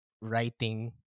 writing